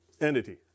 entity